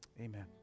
Amen